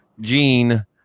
gene